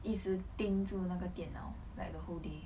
一直盯住那个电脑 like the whole day